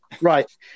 Right